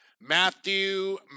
Matthew